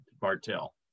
Bartel